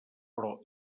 però